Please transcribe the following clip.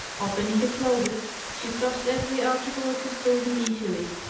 opening a closet, she thrust every article of his clothing into it,